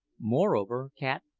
moreover, cat,